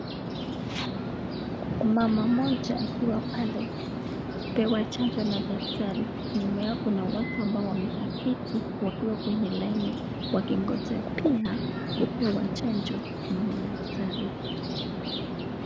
Mama moja akiwa pale kupewa chanjo na daktari. Nyuma yao kuna watu ambao wamekaa kiti wakiwa kwenye laini wakingoja pia kupewa chanjo na madaktari.